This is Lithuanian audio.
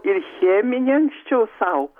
ir cheminį ankščiau sau